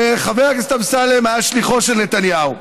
חבר הכנסת אמסלם היה שליחו של נתניהו,